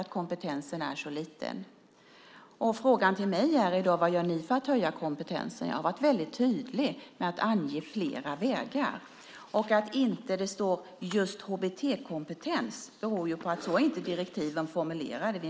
När det gäller frågan till mig i dag - vad gör ni för att höja kompetensen - har jag varit väldigt tydlig med att ange flera vägar. Att det inte just står HBT-kompetens i direktivet beror på att direktiven inte är formulerade så.